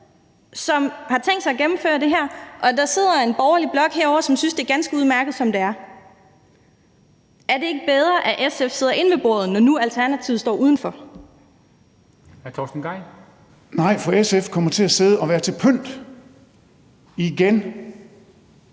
som har tænkt sig at gennemføre det her, og der sidder en borgerlig blok derovre, som synes, det er ganske udmærket, som det er. Er det ikke bedre, at SF sidder inde ved bordet, når nu Alternativet står udenfor? Kl. 20:52 Formanden (Henrik